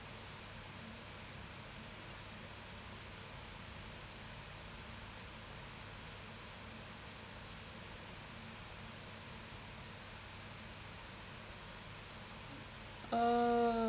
uh